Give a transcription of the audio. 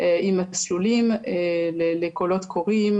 המסלול הירוק גם מצמצם בירוקרטיה,